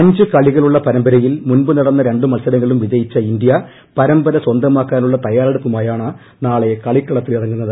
അഞ്ച് കളികളുള്ള പരമ്പരയിൽ മുൻപ് നടന്ന രണ്ടു മത്സരങ്ങളും വിജയിച്ച ഇന്ത്യ പരമ്പര സ്വന്തമാക്കാനുള്ള തയ്യാറെടുപ്പുമായാണ് നാളെ കളിക്കളത്തിലിറങ്ങുന്നത്